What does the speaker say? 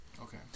Okay